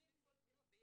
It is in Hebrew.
חייבים לבנות --- נכון.